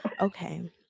Okay